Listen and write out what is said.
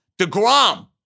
DeGrom